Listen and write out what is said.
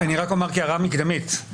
אומר כהערה מקדמית,